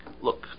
look